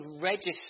register